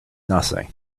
nothing